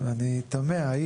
ואני תמהה,